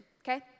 okay